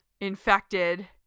infected